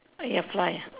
ya fly ah